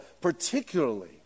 particularly